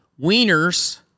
Wieners